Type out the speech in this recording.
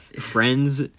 friends